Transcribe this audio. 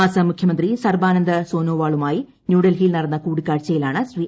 ആസാം മുഖ്യമന്ത്രി സർബാനന്ദ് സോനോവാളുമായി ന്യൂഡൽഹിയിൽ നടന്ന കൂടിക്കാഴ്ചയിലാണ് ശ്രീ